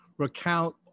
recount